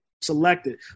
selected